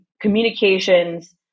communications